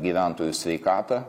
gyventojų sveikatą